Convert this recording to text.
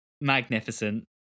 magnificent